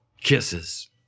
kisses